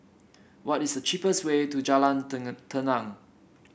what is the cheapest way to Jalan Tenang